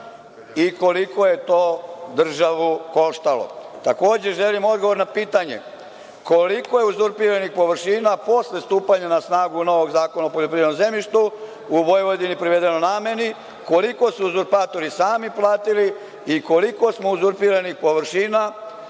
i koliko je to državu koštalo? Takođe, želim odgovor na pitanje koliko je uzurpiranih površina posle stupanja na snagu novog Zakona o poljoprivrednom zemljištu u Vojvodini privedeno nameni, koliko su uzurpatori sami platili i koliko smo uzurpiranih površina